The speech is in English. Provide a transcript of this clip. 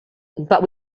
but